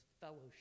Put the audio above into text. fellowship